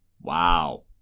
Wow